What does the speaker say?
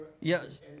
Yes